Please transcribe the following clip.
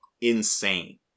insane